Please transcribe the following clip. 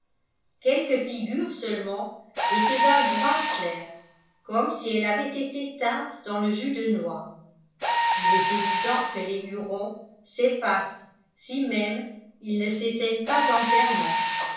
quelques figures seulement étaient d'un brun clair comme si elles avaient été teintes dans le jus de noix il est évident que les hurons s'effacent si même ils ne s'éteignent pas entièrement